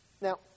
now